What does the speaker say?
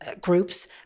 groups